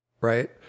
right